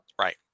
Right